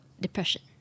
depression